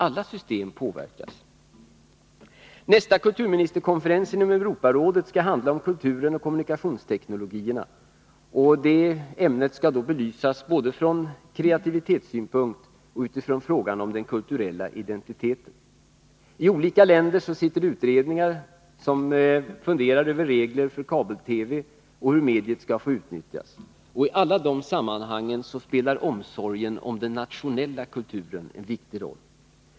Alla system påverkas. Nästa kulturministerkonferens inom Europarådet skall handla om kulturen och kommunikationsteknologin. Det ämnet skall då både belysas från kreativitetssynpunkt och diskuteras med hänsyn till den kulturella identiteten. I olika länder sitter utredningar, som funderar över regler för kabel-TV och hur mediet skall få utnyttjas. I alla de sammanhangen spelar omsorgen om den nationella kulturen en viktig roll.